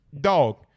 Dog